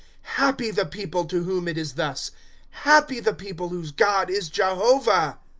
happy the people to whom it is thus happy the people whose god is jehovah!